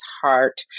heart